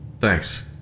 Thanks